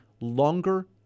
longer